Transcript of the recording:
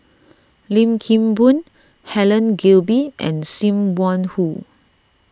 Lim Kim Boon Helen Gilbey and Sim Wong Hoo